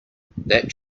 that